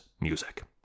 music